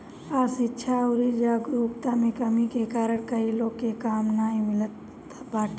अशिक्षा अउरी जागरूकता में कमी के कारण कई लोग के काम नाइ मिलत हवे